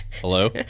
Hello